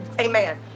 Amen